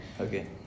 Okay